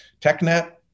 TechNet